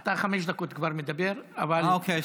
אתה חמש דקות כבר מדבר, אבל, אה, אוקיי.